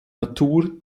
natur